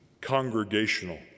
congregational